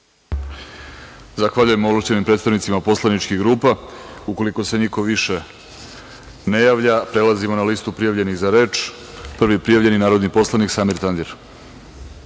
Zahvaljujem ovlašćenim predstavnicima poslaničkih grupa. Ukoliko se niko više ne javlja, prelazimo na listu prijavljenih za reč. Prvi prijavljeni je narodni poslanik Samir Tandir.